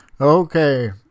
Okay